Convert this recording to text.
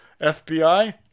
FBI